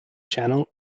channel